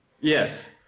Yes